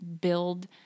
build